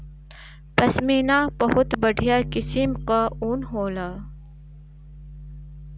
पश्मीना बहुत बढ़िया किसिम कअ ऊन होला